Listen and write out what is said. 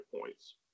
points